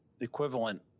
equivalent